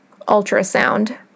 Ultrasound